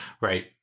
Right